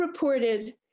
reported